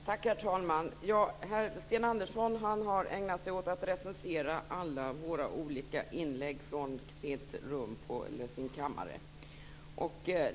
Herr talman! Sten Andersson har på sin kammare ägnat sig åt att recensera alla våra olika inlägg.